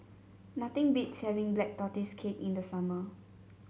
nothing beats having Black Tortoise Cake in the summer